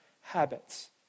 habits